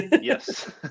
Yes